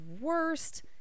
worst